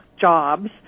jobs